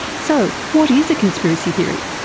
so what is a conspiracy theory?